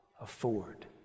afford